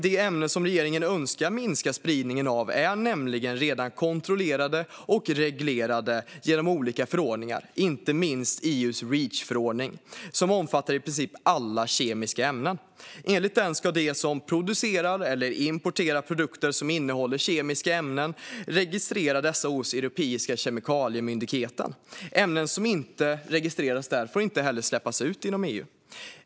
De ämnen regeringen önskar minska spridningen av är nämligen redan kontrollerade och reglerade genom olika förordningar, inte minst EU:s Reachförordning, som omfattar i princip alla kemiska ämnen. Enligt förordningen ska de som producerar eller importerar produkter som innehåller kemiska ämnen registrera dessa hos Europeiska kemikaliemyndigheten. Ämnen som inte registreras där får inte heller släppas ut inom EU.